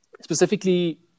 specifically